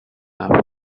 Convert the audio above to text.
are